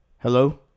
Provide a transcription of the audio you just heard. hello